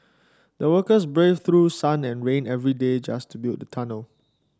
the workers braved through sun and rain every day just to build the tunnel